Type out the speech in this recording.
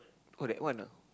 oh that one ah